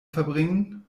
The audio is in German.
verbringen